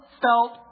felt